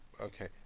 okay